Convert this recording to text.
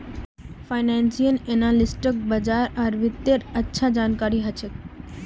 financial एनालिस्टक बाजार आर वित्तेर अच्छा जानकारी ह छेक